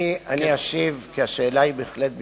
אני אשיב, כי השאלה היא בהחלט במקומה.